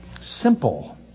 simple